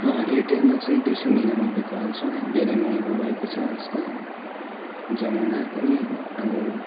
एयरटेलमा चाहिँ दुई सौ निनानब्बेको हाल्छु है धेरै महँगो भएको छ आजकल जमाना पनि अब